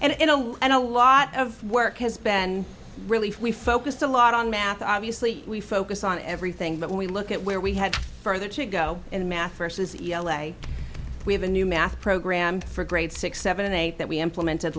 know and a lot of work has been really focused a lot on math obviously we focus on everything but when we look at where we had further to go in math versus the we have a new math program for grade six seven eight that we implemented